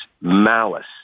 malice